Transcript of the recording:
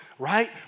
Right